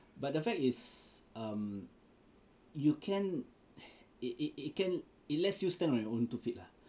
but the fact is um you can it it it can it lets you stand on your own two feet lah